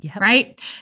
right